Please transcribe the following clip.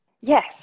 Yes